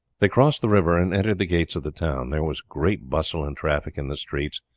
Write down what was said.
they crossed the river and entered the gates of the town. there was great bustle and traffic in the streets,